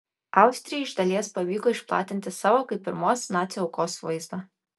austrijai iš dalies pavyko išplatinti savo kaip pirmos nacių aukos vaizdą